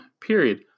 period